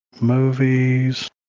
movies